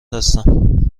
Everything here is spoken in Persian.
هستم